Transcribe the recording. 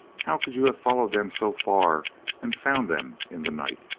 how could you have followed them so far and found them in the night?